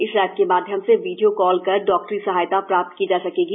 इस ऐप के माध्यम से वीडियो कॉल कर डॉक्टरी सहायता प्राप्त की जा सकेगी